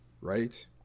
right